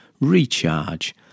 recharge